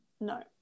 no